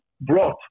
brought